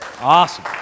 Awesome